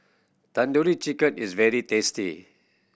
Tandoori Chicken is very tasty